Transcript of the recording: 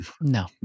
No